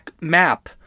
map